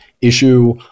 issue